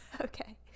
Okay